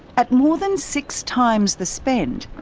at more than six times the spend,